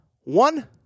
One